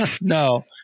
no